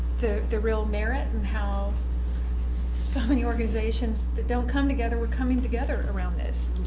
the the real merit and how so many organizations that don't come together were coming together around this.